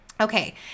Okay